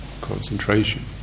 concentration